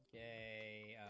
a